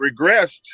regressed